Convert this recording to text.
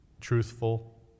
truthful